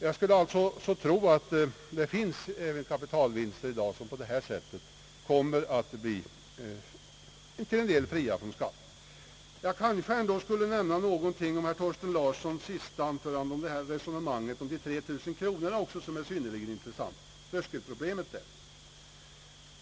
Jag skulle tro att det i dag finns kapitalvinster, som på detta sätt till en del kommer att bli fria från skatt. Jag kanske ändå skulle nämna någonting om herr Thorsten Larssons senaste anförande och hans resonemang om de 3000 kronorna. Tröskelproblemet där är synnerligen intressant.